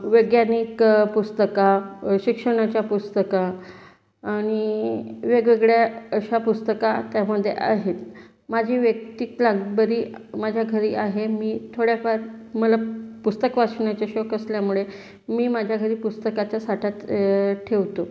वैज्ञानिक पुस्तक शिक्षणाच्या पुस्तक आणि वेगवेगळ्या अशा पुस्तक त्यामध्ये आहेत माझी वैयक्तिक लाकबरी माझ्या घरी आहे मी थोड्याफार मला पुस्तक वाचण्याचे शौक असल्यामुळे मी माझ्या घरी पुस्तकाचा साठा ठेवतो